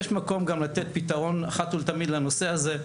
יש מקום גם לתת פתרון אחת ולתמיד לנושא הזה,